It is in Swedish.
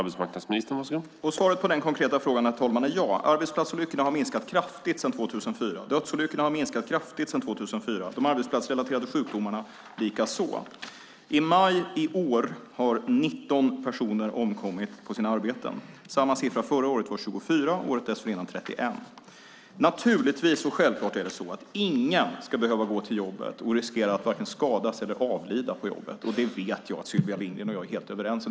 Herr talman! Svaret på den konkreta frågan är ja. Arbetsplatsolyckorna har minskat kraftigt sedan 2004. Dödsolyckorna har minskat kraftigt sedan 2004, och de arbetsplatsrelaterade sjukdomarna likaså. I maj i år har 19 personer omkommit på sina arbeten. Samma siffra förra året var 24, och året dessförinnan 31. Självklart är det så att ingen ska behöva gå till jobbet och riskera att skadas eller avlida på jobbet. Det vet jag att Sylvia Lindgren och jag är helt överens om.